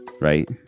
right